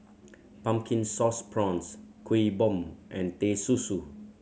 Pumpkin Sauce Prawns Kuih Bom and Teh Susu